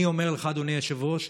אני אומר לך, אדוני היושב-ראש,